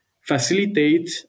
facilitate